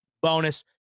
bonus